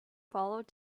followed